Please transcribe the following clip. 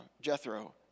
Jethro